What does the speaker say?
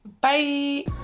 bye